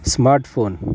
smart phone